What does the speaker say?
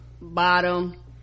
bottom